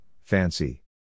fancy